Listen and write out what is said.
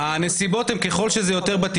העדיפות הראשונה של מערכות